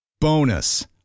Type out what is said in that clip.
Bonus